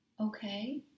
okay